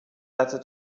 letter